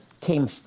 came